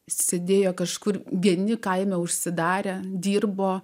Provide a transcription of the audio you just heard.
sėdėjo kažkur vieni kaime užsidarę dirbo